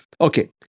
okay